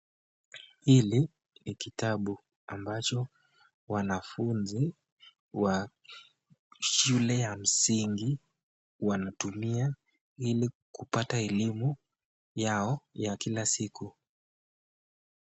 Hili ni kitabu ambacho wanafunzi wa shule ya msingi wanatumia ili kupata elimu yao ya kila siku.